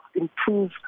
improve